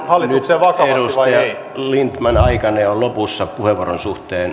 nyt edustaja lindtman aikanne on lopussa puheenvuoron suhteen